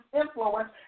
influence